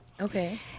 Okay